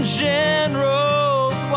generals